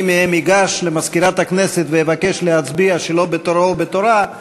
מי מהם ייגש למזכירת הכנסת ויבקש להצביע שלא בתורו או בתורה,